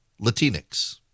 Latinx